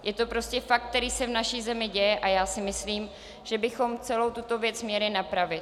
Je to prostě fakt, který se v naší zemi děje, a já si myslím, že bychom celou tuto věc měli napravit.